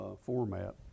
format